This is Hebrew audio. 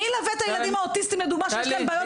מי ילווה את הילדים האוטיסטים שיש להם בעיות